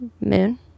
Moon